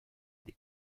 des